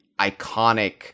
iconic